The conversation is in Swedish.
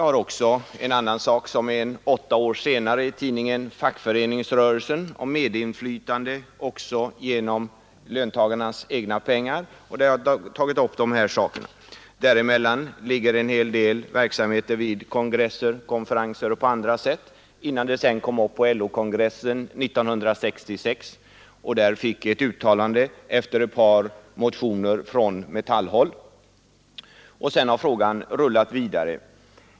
Här är i en annan artikel, åtta år senare i tidningen Fackföreningsrörelsen, om medinflytande genom löntagarnas egna pengar, har jag också tagit upp dessa saker. Däremellan ligger en hel del verksamheter vid kongresser och konferenser och på annat sätt innan frågan sedan kom upp på LO-kongressen 1966 och där föranledde ett uttalande efter ett par motioner från Metall-håll. Och sedan har frågan rullat vidare.